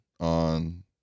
on